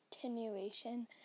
continuation